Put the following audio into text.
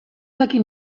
dakit